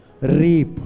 reap